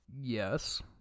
Yes